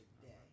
today